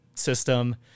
System